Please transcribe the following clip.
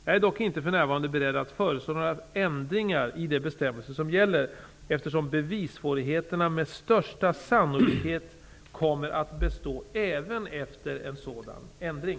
Jag är dock inte för närvarande beredd att föreslå några ändringar i de bestämmelser som gäller, eftersom bevissvårigheterna med största sannolikhet kommer att bestå även efter en sådan ändring.